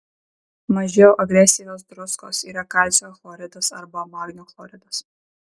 mažiau agresyvios druskos yra kalcio chloridas arba magnio chloridas